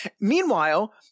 Meanwhile